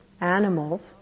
animals